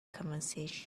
conversation